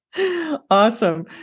Awesome